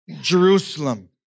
Jerusalem